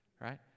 right